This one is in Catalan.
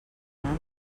anar